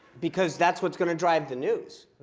because that's what's going to drive the news.